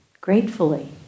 gratefully